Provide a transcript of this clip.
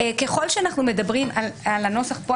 ככל שאנחנו מדברים על הנוסח כאן,